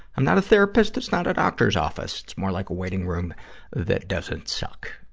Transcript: i'm not a therapist. it's not a doctor's office. it's more like a waiting room that doesn't suck.